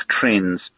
trends